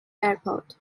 airport